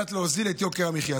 על מנת להוריד את יוקר המחיה.